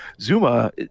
Zuma